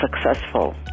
successful